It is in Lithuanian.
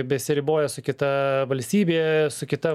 besiriboja su kita valstybėje su kita